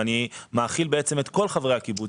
ואני מאכיל בעצם את כל חברי הקיבוץ,